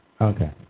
Okay